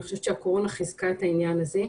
חושבת שהקורונה חיזקה את העניין הזה.